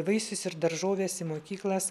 vaisius ir daržoves į mokyklas